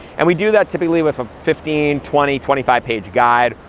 and we do that typically with a fifteen, twenty, twenty five page guide,